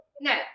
No